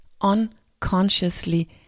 unconsciously